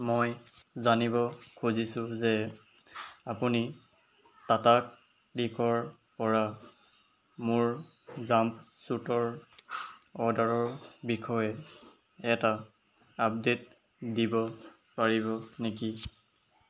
মই জানিব খুজিছোঁ যে আপুনি টাটা ক্লিকৰপৰা মোৰ জাম্পছুটৰ অৰ্ডাৰৰ বিষয়ে এটা আপডে'ট দিব পাৰিব নেকি